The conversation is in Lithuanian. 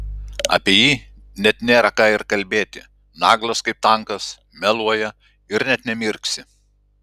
apie jį net nėra ką ir kalbėti naglas kaip tankas meluoja ir net nemirksi